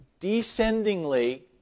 descendingly